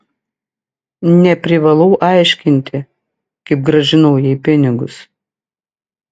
neprivalau aiškinti kaip grąžinau jai pinigus